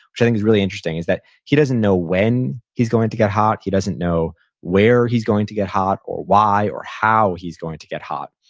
which i think is really interesting, is that he doesn't know when he's going to get hot, he doesn't know where he's going to get hot, or why, or how he's going to get hot.